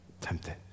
tempted